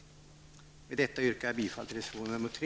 Med detta, herr talman, yrkar jag bifall till reservation 3.